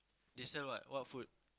they sell what what food